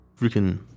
freaking